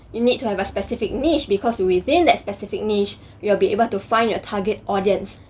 you need to have a specific niche, because within that specific niche, you will be able to find your target audience.